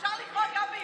אפשר לקרוא גם בעברית.